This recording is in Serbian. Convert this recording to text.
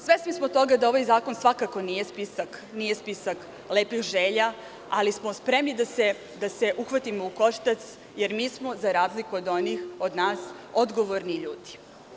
Svesni smo toga da ovaj zakon svakako nije spisak lepih želja, ali smo spremni da se uhvatimo u koštac, jer mi smo za razliku od onih, od nas odgovornih ljudi.